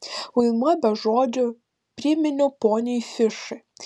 vaidmuo be žodžių priminiau poniui fišui